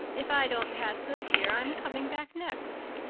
if i don't pass this year i'm coming back next.